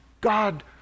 God